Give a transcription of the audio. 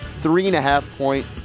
three-and-a-half-point